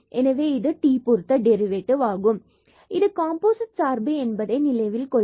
எனவே இது t பொருத்த டெரிவேட்டிவ் ஆகும் மற்றும் இது காம்போசிட் சார்பு என்பதை நினைவில் கொள்க